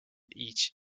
each